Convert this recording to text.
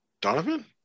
Donovan